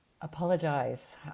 apologize